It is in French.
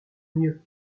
mieux